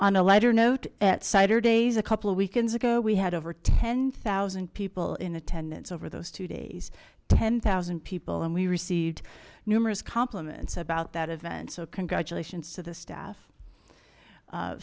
on a lighter note at saturday's a couple of weekends ago we had over ten thousand people in attendance over those two days ten zero people and we received numerous compliments about that event so congratulations to the staff